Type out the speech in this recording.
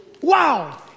Wow